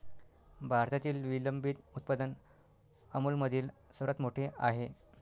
भारतातील विलंबित उत्पादन अमूलमधील सर्वात मोठे आहे